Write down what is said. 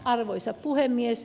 arvoisa puhemies